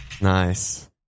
Nice